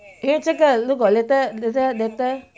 因为这个如果 later 人家 later